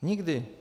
Nikdy!